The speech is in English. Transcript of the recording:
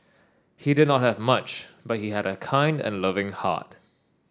he did not have much but he had a kind and loving heart